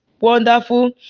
wonderful